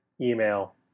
email